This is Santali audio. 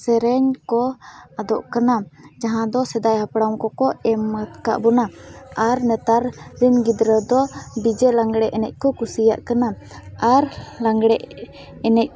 ᱥᱮᱨᱮᱧ ᱠᱚ ᱟᱫᱚᱜ ᱠᱟᱱᱟ ᱡᱟᱦᱟᱸ ᱫᱚ ᱥᱮᱫᱟᱭ ᱦᱟᱯᱲᱟᱢ ᱠᱚᱠᱚ ᱮᱢ ᱠᱟᱫ ᱵᱚᱱᱟ ᱟᱨ ᱱᱮᱛᱟᱨ ᱨᱮᱱ ᱜᱤᱫᱽᱨᱟᱹ ᱫᱚ ᱰᱤᱡᱮ ᱞᱟᱸᱜᱽᱲᱮ ᱮᱱᱮᱡ ᱠᱚ ᱠᱩᱥᱤᱭᱟᱜ ᱠᱟᱱᱟ ᱟᱨ ᱞᱟᱸᱜᱽᱲᱮ ᱮᱱᱮᱡ